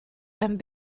and